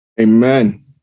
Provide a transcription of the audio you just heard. Amen